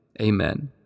Amen